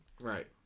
Right